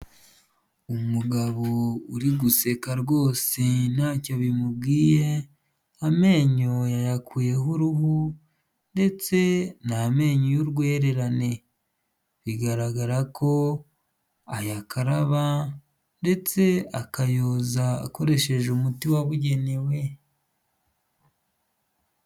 Umugabo uri guseka rwose ntacyo bimubwiye amenyo yayakuyeho uruhu ndetse n'amenyo y'urwererane bigaragara ko ayakaraba ndetse akayoza akoresheje umuti wabugenewe.